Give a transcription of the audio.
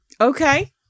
Okay